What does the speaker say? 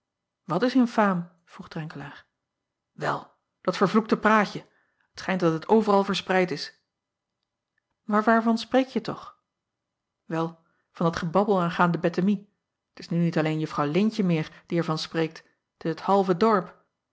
at is infaam vroeg renkelaer el dat vervloekte praatje et schijnt dat het overal verspreid is aar waarvan spreekje toch el van dat gebabbel aangaande ettemie t s nu niet alleen uffrouw eentje meer die er van spreekt t is het halve dorp